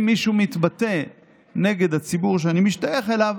מישהו מתבטא נגד הציבור שאני משתייך אליו,